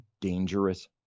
dangerous